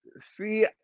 See